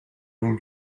will